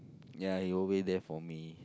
ya he will wait there for me